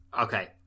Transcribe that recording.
Okay